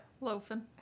Loafing